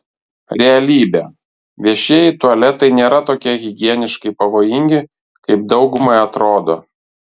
realybė viešieji tualetai nėra tokie higieniškai pavojingi kaip daugumai atrodo